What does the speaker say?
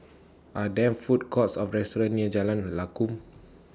Are There Food Courts Or restaurants near Jalan Lakum